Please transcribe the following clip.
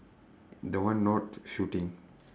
the one not shooting